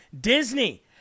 Disney